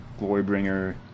Glorybringer